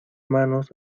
manos